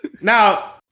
Now